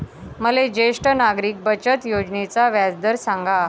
मले ज्येष्ठ नागरिक बचत योजनेचा व्याजदर सांगा